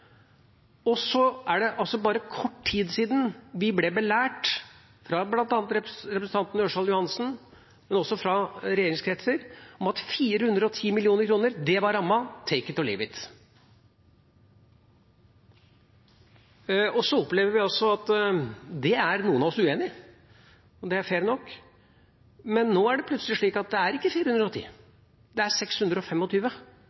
og det er bare kort tid siden vi ble belært av bl.a. representanten Ørsal Johansen, men også fra regjeringskretser, om at 410 mill. kr var rammen – take it or leave it. Så opplever vi at det er noen av oss uenig i, og det er fair nok, men nå er det plutselig slik at det ikke er